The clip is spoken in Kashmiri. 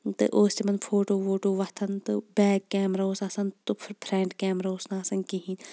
تہٕ اوس یِمَن فوٹوٗ ووٹوٗ وۄتھان تہٕ بیک کیمرا اوس آسان تہٕ فرٛنٛٹ کیمرا اوس نہٕ آسان کِہیٖنٛۍ